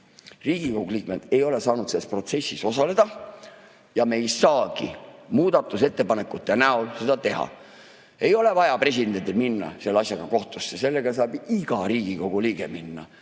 Riigikogu liikmed ei ole saanud selles protsessis osaleda ja me ei saagi muudatusettepanekute näol seda teha. Ei ole vaja presidendil minna selle asjaga kohtusse, sellega saab iga Riigikogu liige [ise